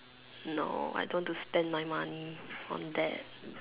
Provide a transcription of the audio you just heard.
no I don't want to spend my money on that